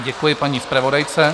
Děkuji paní zpravodajce.